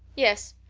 yes.